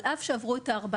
על אף שעברו את ה-400.